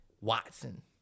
Watson